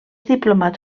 diplomat